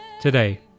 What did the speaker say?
today